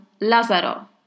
Lazaro